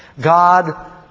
God